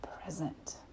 present